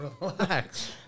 Relax